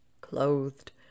clothed